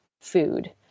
food